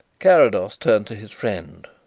carrados turned to his friend.